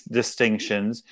distinctions